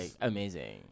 amazing